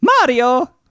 Mario